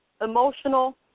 emotional